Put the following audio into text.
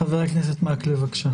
חבר הכנסת מקלב, בבקשה.